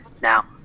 Now